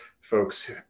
folks